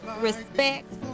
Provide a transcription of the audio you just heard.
respect